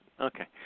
Okay